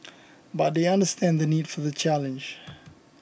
but they understand the need for the challenge